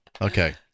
Okay